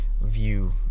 view